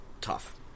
tough